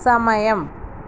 സമയം